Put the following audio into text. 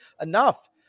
enough